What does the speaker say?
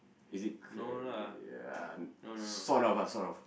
is it uh sort of ah sort of